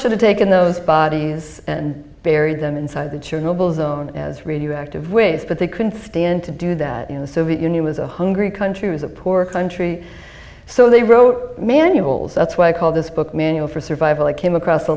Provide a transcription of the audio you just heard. should have taken those bodies and buried them inside the church noble zone as radioactive waste but they couldn't stand to do that in the soviet union was a hungry country was a poor country so they wrote manuals that's why i called this book manual for survival i came across a